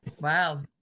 Wow